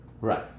Right